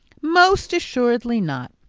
most assuredly not!